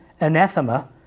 anathema